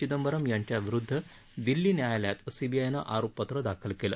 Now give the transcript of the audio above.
चिंदबरम यांच्या विरुध्द दिल्ली न्यायालयात सीबीआयनं आरोप पत्र दाखल केलं